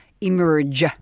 emerge